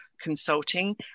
consulting